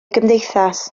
gymdeithas